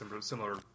similar